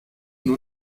nur